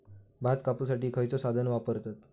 भात कापुसाठी खैयचो साधन वापरतत?